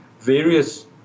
various